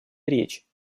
речь